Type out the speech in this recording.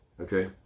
Okay